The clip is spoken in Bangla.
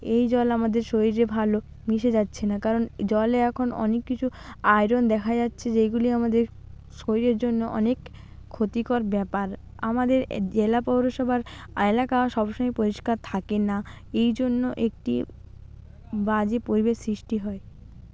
এই জল আমাদের শরীরে ভালো মিশে যাচ্ছে না কারণ জলে এখন অনেক কিছু আয়রন দেখা যাচ্ছে যেইগুলি আমাদের শরীরের জন্য অনেক ক্ষতিকর ব্যাপার আমাদের জেলা পৌরসভার এলাকা সব সময় পরিষ্কার থাকে না এই জন্য একটি বাজে পরিবেশ সৃষ্টি হয়